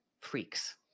freaks